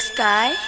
Sky